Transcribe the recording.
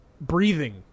breathing